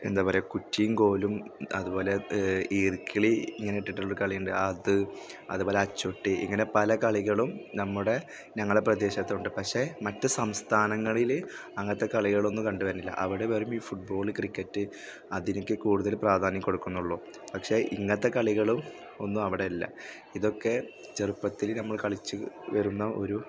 എന്താ പറയുക കുറ്റിയും കോലും അതുപോലെ ഈർക്കിലി ഇങ്ങനെ ഇട്ടിട്ടുള്ളൊരു കളിയുണ്ട് അത് അതുപോലെ അച്ചൂട്ടി ഇങ്ങനെ പല കളികളും നമ്മുടെ ഞങ്ങളുടെ പ്രദേശത്ത് ഉണ്ട് പക്ഷെ മറ്റു സംസ്ഥാനങ്ങളിൽ അങ്ങനത്തെ കളികളൊന്നും കണ്ട് വരുന്നില്ല അവിടെ ഫുട് ബോൾ ക്രിക്കറ്റ് അതിനൊക്കെ കൂടുതൽ പ്രാധാന്യം കൊടുക്കുന്നുള്ളു പക്ഷെ ഇങ്ങനത്തെ കളികളും ഒന്നും അവിടെയല്ല ഇതൊക്കെ ചെറുപ്പത്തിൽ നമ്മൾ കളിച്ച് വരുന്ന ഒരു